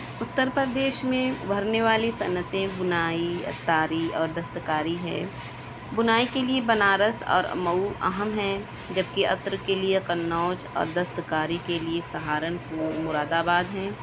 اتر پردیش میں ابھرنے والی صنعتیں بنائی عطاری اور دستکاری ہے بنائی کے لئے بنارس اور مئو اہم ہیں جب کہ عطر کے لئے قنوج اور دستکاری کے لئے سہارنپور مراد آباد ہیں